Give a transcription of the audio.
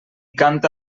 canta